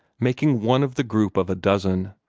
making one of the group of a dozen,